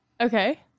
okay